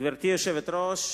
גברתי היושבת-ראש,